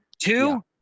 Two